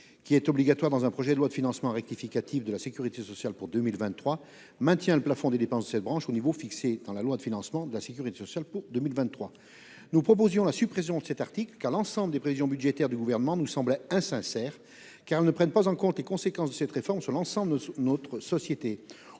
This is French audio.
article, obligatoire dans un projet de loi de financement rectificative de la sécurité sociale, maintient le plafond des dépenses de cette branche au niveau fixé dans la loi de financement de la sécurité sociale pour 2023. Si nous proposons la suppression de cet article, c'est parce que les prévisions budgétaires du Gouvernement nous semblent insincères. En effet, elles ne prennent pas en compte les conséquences de cette réforme sur l'ensemble de notre société.